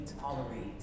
tolerate